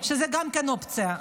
גם זו אופציה.